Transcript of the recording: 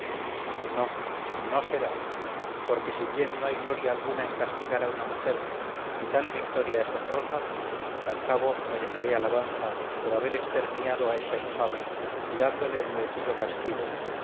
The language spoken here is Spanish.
no no será porque si bien no hay gloria alguna en castigar a una mujer ni tal victoria es honrosa al cabo mereceré alabanza por haber exterminado a esta infame y dándole el merecido castigo